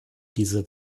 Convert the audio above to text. diese